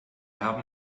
haben